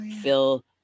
fill